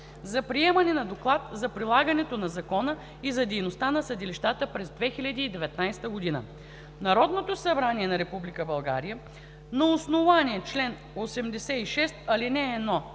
за приемане на Доклад за прилагането на закона и за дейността на съдилищата през 2019 г. Народното събрание на основание чл. 86, ал. 1